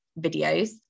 videos